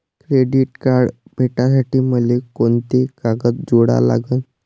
Credit card भेटासाठी मले कोंते कागद जोडा लागन?